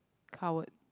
coward